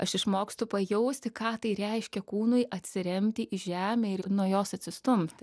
aš išmokstu pajausti ką tai reiškia kūnui atsiremti į žemę ir nuo jos atsistumti